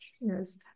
Yes